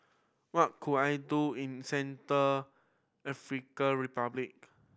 what could I do in Central African Republic